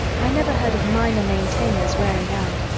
i never heard of minor maintainers wearing out.